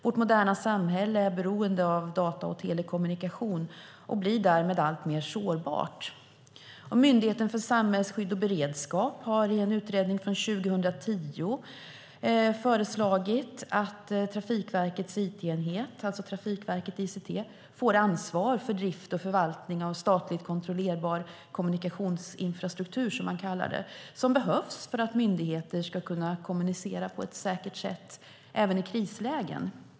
Vårt moderna samhälle är beroende av data och telekommunikation och blir därmed alltmer sårbart. Myndigheten för samhällsskydd och beredskap föreslår i en utredning från 2010 att Trafikverkets it-enhet, alltså Trafikverket ICT, får ansvar för drift och förvaltning av statligt kontrollerbar kommunikationsinfrastruktur, som man kallar det, som behövs för att myndigheter ska kunna kommunicera på ett säkert sätt även i krislägen.